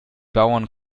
bauern